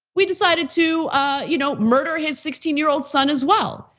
we decided to you know murder his sixteen year old son as well.